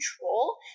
control